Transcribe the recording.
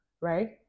right